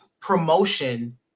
promotion